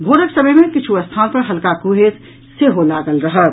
भोरक समय मे किछु स्थान पर हल्का कुहेस सेहो लागल रहत